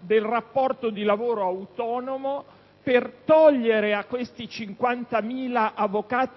del rapporto di lavoro autonomo, si toglie a questi 50.000 avvocati